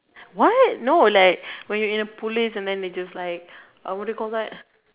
what no like when you're in the police and they just like what do you call that